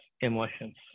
emotions